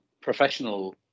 professional